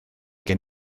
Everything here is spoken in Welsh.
gen